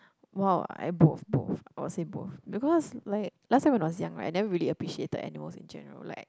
!wow! I both both I will say both because like last time when I was young right I never really appreciated animals in general like